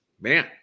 man